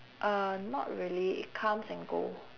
uh not really it comes and go